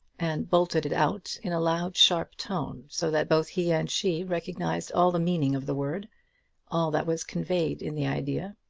and bolted it out in a loud, sharp tone, so that both he and she recognised all the meaning of the word all that was conveyed in the idea.